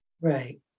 Right